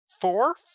four